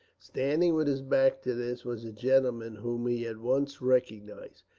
standing with his back to this was a gentleman whom he at once recognized,